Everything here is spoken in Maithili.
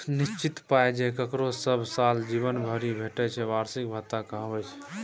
निश्चित पाइ जे ककरो सब साल जीबन भरि भेटय छै बार्षिक भत्ता कहाबै छै